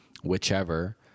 whichever